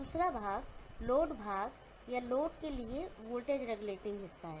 दूसरा भाग लोड भाग या लोड के लिए वोल्टेज रेगुलेटिंग हिस्सा है